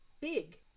big